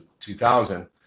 2000